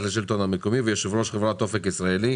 השלטון המקומי ויושב-ראש חברת אופק ישראלי,